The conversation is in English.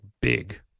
big